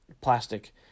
plastic